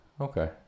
Okay